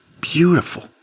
beautiful